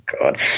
God